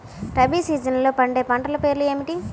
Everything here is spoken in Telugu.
రబీ సీజన్లో పండే పంటల పేర్లు ఏమిటి?